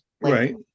right